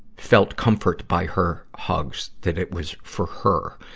felt comfort by her hugs, that it was for her.